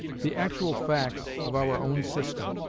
the actual facts of our own system,